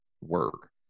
work